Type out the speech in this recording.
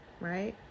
right